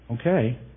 Okay